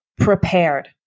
prepared